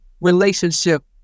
relationship